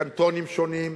לקנטונים שונים,